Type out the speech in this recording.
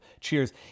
Cheers